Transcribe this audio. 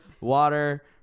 water